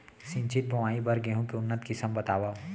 सिंचित बोआई बर गेहूँ के उन्नत किसिम बतावव?